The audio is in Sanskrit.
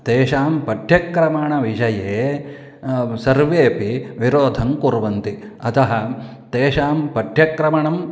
तेषां पाठ्यक्रमाणां विषये सर्वेऽपि विरोधं कुर्वन्ति अतः तेषां पाठ्यक्रमाणाम्